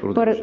По §